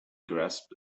grasped